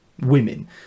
women